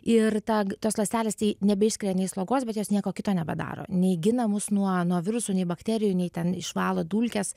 ir tą tos ląstelės tai nebeišskiria nei slogos bet jos nieko kito nebedaro nei gina mus nuo nuo virusų nei bakterijų nei ten išvalo dulkes